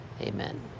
Amen